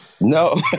no